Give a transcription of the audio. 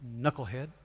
Knucklehead